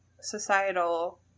societal